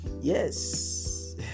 yes